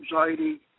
anxiety